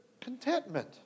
contentment